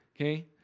okay